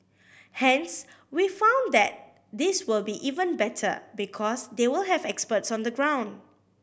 hence we found that this will be even better because they will have experts on the ground